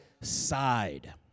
side